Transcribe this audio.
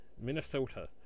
Minnesota